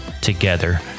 together